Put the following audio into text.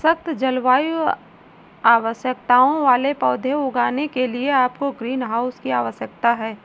सख्त जलवायु आवश्यकताओं वाले पौधे उगाने के लिए आपको ग्रीनहाउस की आवश्यकता है